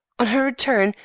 on her return,